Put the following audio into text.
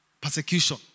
persecution